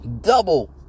Double